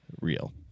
real